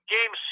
Game